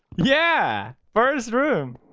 yeah, first room